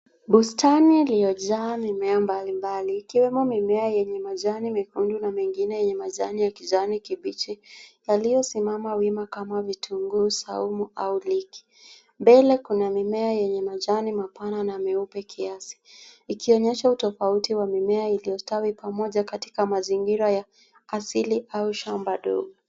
Bustani iliyojaa mimea mbalimbali, ikiwemo mimea yenye majani mekundu na mengine yenye majani ya kijani kibichi yaliyosimama wima kama vitunguu saumu au liki. Mbele kuna mimea yenye majani mapana na meupe kiasi. Ikionyesha utofauti wa mimea iliyostawi pamoja katika mazingira ya asili au shamba ndogo.